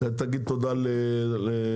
תגיד תודה לפורר.